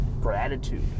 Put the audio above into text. gratitude